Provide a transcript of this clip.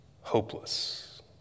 hopeless